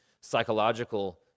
psychological